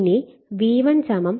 ഇനി V1 2